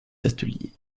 ateliers